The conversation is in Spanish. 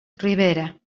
rivera